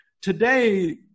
Today